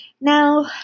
Now